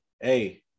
hey